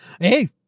Hey